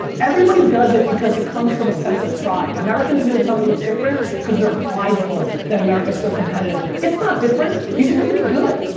everybody does it because it comes from a sense of pride. americans are gonna tell you is different because they're prideful that america is so competitive. it's not different, you just have to be good.